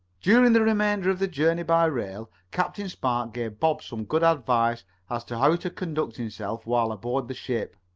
during the remainder of the journey by rail captain spark gave bob some good advice as to how to conduct himself while aboard the ship.